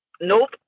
nope